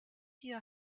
your